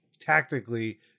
tactically